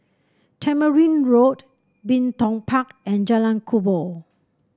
Tamarind Road Bin Tong Park and Jalan Kubor